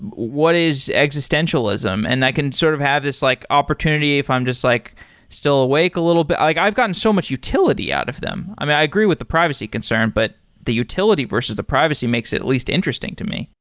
what is existentialism? and i can sort of have this like opportunity if i'm just like still awake a little bit. like i've gotten so much utility out of them. i mean, i agree with the privacy concern, but the utility versus the privacy makes it at least interesting to me.